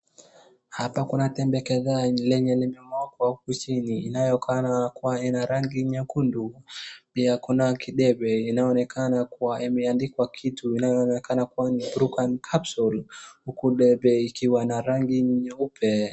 Hapa kuna tembe kadhaa lenye limemwagwa huku chini. Inaonekana kuwa ina rangi nyekundu. Pia kuna kidembe inayoonekana kuwa imeandikwa kitu inayoonekana kuwa ni Prucan Capsule. Huku debe ikiwa na rangi nyeupe.